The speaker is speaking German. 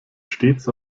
stets